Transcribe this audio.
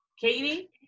Katie